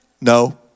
No